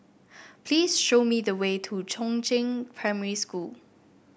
please show me the way to Chongzheng Primary School